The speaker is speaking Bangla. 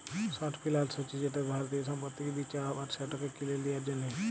শর্ট ফিলালস হছে যেটতে যাবতীয় সম্পত্তিকে বিঁচা হ্যয় আবার সেটকে কিলে লিঁয়ার জ্যনহে